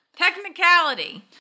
Technicality